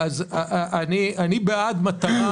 אתה רוצה לנסוע חצי